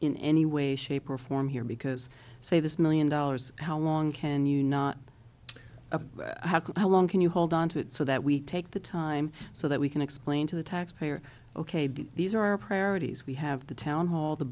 in any way shape or form here because say this million dollars how long can you not a how can i long can you hold onto it so that we take the time so that we can explain to the taxpayer ok these are our priorities we have the town hall the